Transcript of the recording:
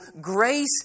grace